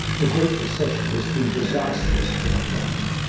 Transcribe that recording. the great recession has been disastrous for employment.